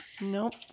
Nope